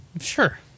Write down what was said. Sure